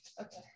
Okay